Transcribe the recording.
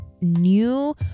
new